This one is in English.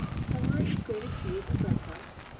cover it with grated cheese and bread crumbs,